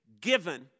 given